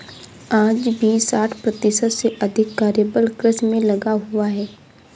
आज भी साठ प्रतिशत से अधिक कार्यबल कृषि में लगा हुआ है